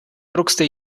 druckste